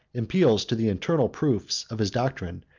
appeals to the internal proofs of his doctrine,